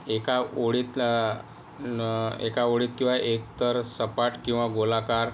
एका ओळीत एका ओळीत किंवा एकतर सपाट किंवा गोलाकार